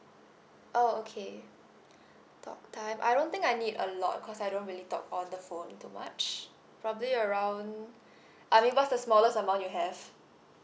oh okay talk time I don't think I need a lot because I don't really talk on the phone too much probably around uh I mean what's the smallest amount you have